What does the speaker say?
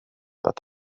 that